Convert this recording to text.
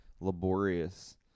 laborious